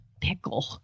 pickle